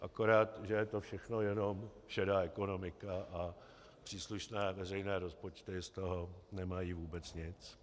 Akorát že je to všechno jenom šedá ekonomika a příslušné veřejné rozpočty z toho nemají vůbec nic.